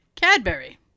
Cadbury